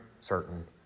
certain